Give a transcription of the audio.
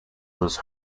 was